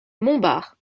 montbard